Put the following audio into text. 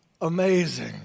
amazing